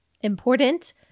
Important